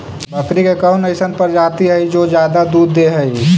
बकरी के कौन अइसन प्रजाति हई जो ज्यादा दूध दे हई?